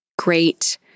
great